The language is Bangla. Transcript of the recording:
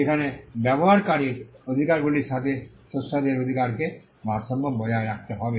যেখানে ব্যবহারকারীর অধিকারগুলির সাথে স্রষ্টাদের অধিকারকে ভারসাম্য বজায় রাখতে হবে